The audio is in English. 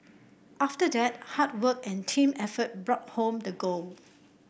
after that hard work and team effort brought home the gold